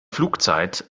flugzeit